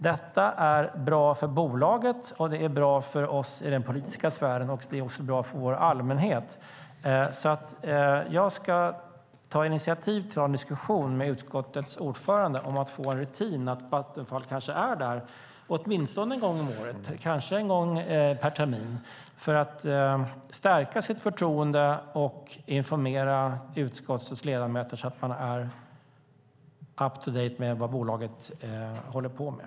Det är bra för bolaget, det är bra för oss i den politiska sfären och det är bra för vår allmänhet. Jag ska ta initiativ till en diskussion med utskottets ordförande om att få en rutin som innebär att Vattenfall besöker utskottet åtminstone en gång om året, kanske en gång per termin, för att stärka sitt förtroende och informera utskottets ledamöter så att de är up to date beträffande det som bolaget håller på med.